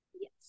Yes